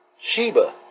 Sheba